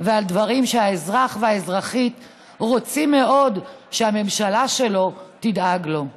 ועל דברים שהאזרח והאזרחית רוצים מאוד שהממשלה שלהם תדאג להם.